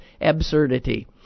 absurdity